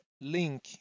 link